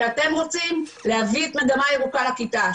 שאתם רוצים להביא את מגמה ירוקה לכיתה,